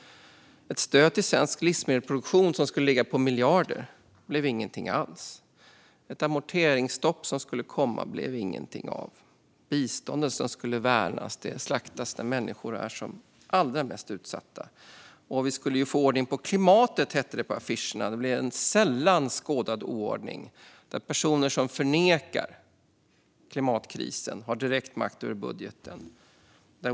Ett stöd till svensk livsmedelsproduktion skulle ligga på miljarder, men det blev ingenting alls. Ett amorteringsstopp skulle komma, men det blev det ingenting av. Biståndet skulle värnas, men det slaktas nu när människor är som allra mest utsatta. Man skulle också få ordning på klimatet, som det hette på affischerna. Det blev en sällan skådad oordning när personer som förnekar klimatkrisen har direkt makt över budgeten.